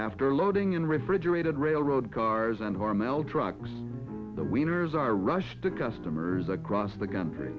after loading in refrigerated railroad cars and hormel trucks the winners are rush the customers across the country